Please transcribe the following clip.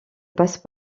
passe